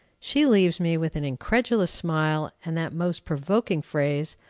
she leaves me with an incredulous smile, and that most provoking phrase,